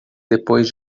depois